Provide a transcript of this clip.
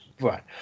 Right